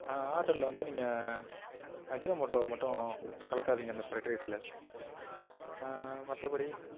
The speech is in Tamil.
ஆர்டரில் வந்து நீங்கள் அஜினமோட்டோவை மட்டும் கலக்காதீங்க இந்த ஃப்ரைட் ரைஸில் மற்றபடி